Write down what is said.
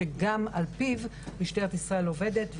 שגם על פיו משטרת ישראל עובדת,